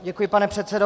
Děkuji, pane předsedo.